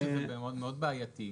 מאוד בעייתי.